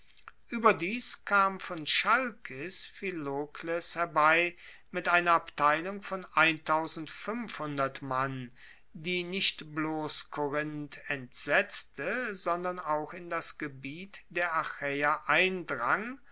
ueberdies kam von chalkis philokles herbei mit einer abteilung von mann die nicht bloss korinth entsetzte sondern auch in das gebiet der achaeer eindrang